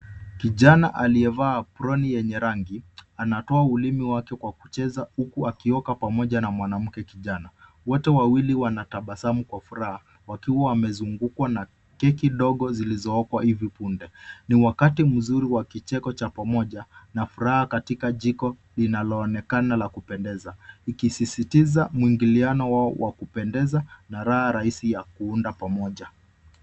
Kijana aliyevaa aproni yenye rangi, anatoa ulimi wake kwa kucheza huku akioka pamoja na mwanamke kijana. Wote wawili wanatabasmu kwa furaha wakiwa wamezungukwa na keki dogo zilizookwa hivi punde. Ni wakati mzuri wa kicheko cha pamoja na furaha katika jiko linaloonekana la kupendeza. Likisisitiza muingililiano wao wa kupendeza na raha rahisi ya kuunda pamoja.